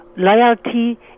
Loyalty